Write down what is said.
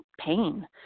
pain